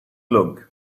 look